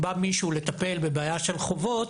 אם מישהו בא לטפל בבעיה של חובות,